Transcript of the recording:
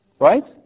Right